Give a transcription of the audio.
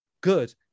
good